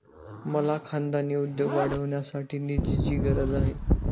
मला खानदानी उद्योग वाढवण्यासाठी निधीची गरज आहे